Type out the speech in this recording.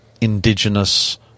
Indigenous